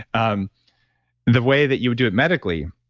um the way that you would do it medically,